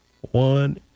One